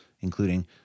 including